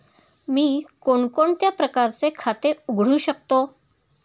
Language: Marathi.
मी कोणकोणत्या प्रकारचे खाते उघडू शकतो?